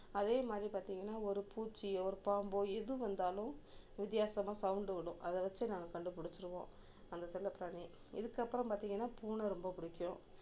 அதேமாதிரி பார்த்திங்கன்னா ஒரு பூச்சியோ ஒரு பாம்போ எது வந்தாலும் வித்தியாசமாக சவுண்டு விடும் அதை வச்சு நாங்கள் கண்டுபிடிச்சிருவோம் அந்த செல்லப்பிராணி இதுக்கு அப்புறம் பார்த்திங்கன்னா பூனை ரொம்ப பிடிக்கும்